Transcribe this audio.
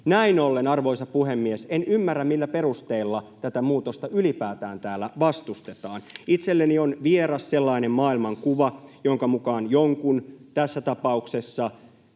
Näin ollen, arvoisa puhemies, en ymmärrä, millä perusteilla tätä muutosta ylipäätään täällä vastustetaan. Itselleni on vieras sellainen maailmankuva, jonka mukaan jonkun — tässä tapauksessa